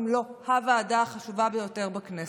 אם לא הוועדה החשובה ביותר בכנסת.